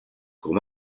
com